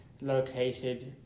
located